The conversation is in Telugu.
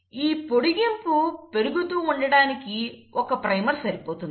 ఈ పొడిగింపు పెరుగుతూ ఉండటానికి ఒక ప్రైమర్ సరిపోతుంది